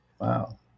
Wow